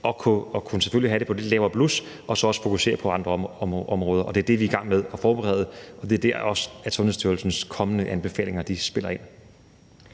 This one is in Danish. og selvfølgelig kunne have den på et lidt lavere blus og så også fokusere på andre områder. Det er det, vi er i gang med at forberede, og det er også der, Sundhedsstyrelsens kommende anbefalinger spiller ind.